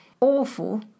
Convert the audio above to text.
Awful